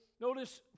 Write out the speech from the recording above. notice